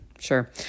sure